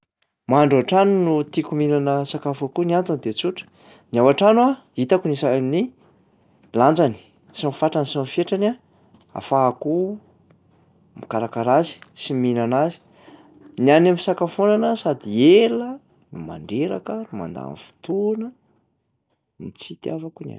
Mahandro ao an-trano no tiako mihinana sakafo ao koa, ny antony de tsotra: ny ao antrano a hitako ny isan- ny lanjany sy ny fatrany sy ny fetrany ahafahako mikarakara azy sy mihinana azy. Ny am-pisakafoanana sady ela no mandreraka, mandany fotoana ny tsy itiavako ny any.